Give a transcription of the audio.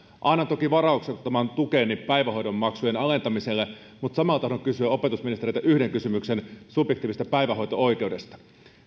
annan toki varauksettoman tukeni päivähoidon maksujen alentamiselle mutta samalla tahdon kysyä opetusministeriltä yhden kysymyksen subjektiivisesta päivähoito oikeudesta